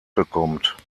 bekommt